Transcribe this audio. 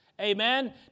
amen